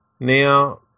Now